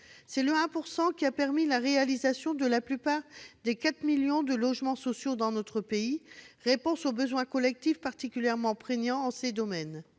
C'est le 1 % qui a permis la réalisation de la plupart des quatre millions de logements sociaux dans notre pays, réponse aux besoins collectifs particulièrement prégnants en ce domaine.